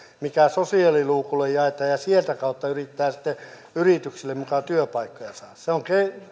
mikä sosiaaliluukulla jaetaan ja sieltä kautta yritetään sitten yrityksille muka työpaikkoja saada se on